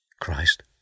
Christ